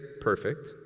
perfect